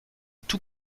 tout